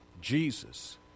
Jesus